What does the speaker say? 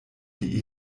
die